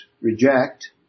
reject